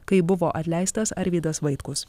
kai buvo atleistas arvydas vaitkus